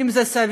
האם זה סביר?